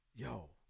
Yo